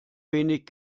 wenig